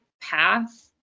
path